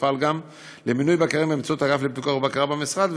נפעל גם למינוי בקרים באמצעות האגף לפיקוח ובקרה במשרד,